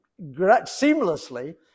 seamlessly